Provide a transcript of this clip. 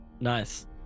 Nice